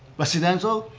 residential,